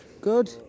Good